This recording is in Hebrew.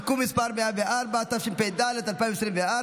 (תיקון מס' 104), התשפ"ד 2024,